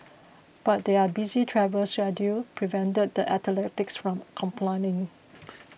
but their busy travel schedule prevented the athletes from complying